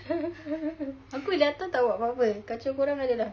aku datang tak buat apa-apa kacau orang ada lah